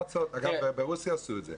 אגב, ברוסיה עשו את זה.